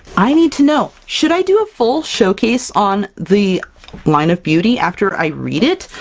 i need to know should i do a full showcase on the line of beauty, after i read it?